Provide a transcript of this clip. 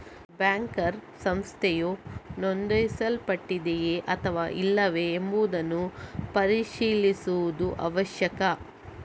banker ಸಂಸ್ಥೆಯು ನೋಂದಾಯಿಸಲ್ಪಟ್ಟಿದೆಯೇ ಅಥವಾ ಇಲ್ಲವೇ ಎಂಬುದನ್ನು ಪರಿಶೀಲಿಸುವುದು ಅವಶ್ಯಕ